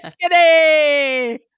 skinny